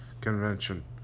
convention